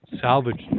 salvage